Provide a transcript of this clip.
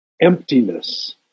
emptiness